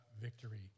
victory